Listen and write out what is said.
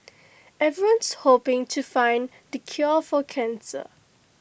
everyone's hoping to find the cure for cancer